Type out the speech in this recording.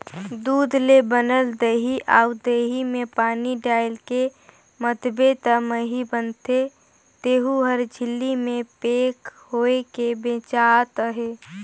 दूद ले बनल दही अउ दही में पानी डायलके मथबे त मही बनथे तेहु हर झिल्ली में पेक होयके बेचात अहे